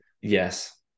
Yes